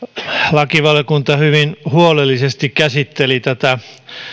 lakivaliokunta hyvin huolellisesti käsitteli tätä